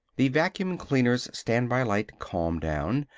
the vacuum cleaner's standby light calmed down.